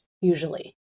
usually